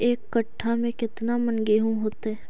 एक कट्ठा में केतना मन गेहूं होतै?